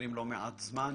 מכירים לא מעט זמן